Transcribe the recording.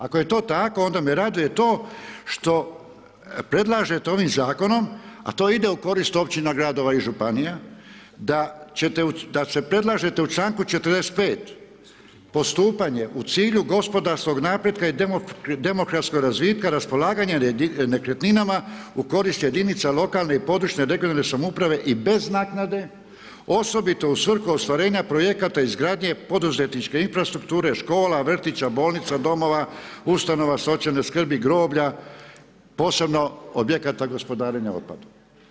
Ako je to tako, onda me raduje to, što predlažete ovim zakonom, a to ide u korist općina, gradova i županija, da se predlažete u članku 45. postupanje u cilju gospodarskog napretka i demografskog razvitka, raspolaganja nekretninama u korist jedinica lokalne i područne regionalne samouprave i bez naknade, osobito u svrhu ostvarenju projekata izgradnje poduzetničke infrastrukturu, škola, vrtića, bolnica, domova, ustanova, socijalne skrbi, groblja, posebno objekata gospodarenja otpadom.